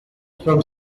from